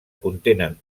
contenen